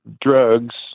drugs